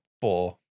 four